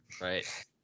Right